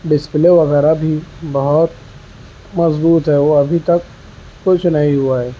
display وغیرہ بھی بہت مضبوط ہے وہ ابھی تک کچھ نہیں ہوا ہے